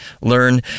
learn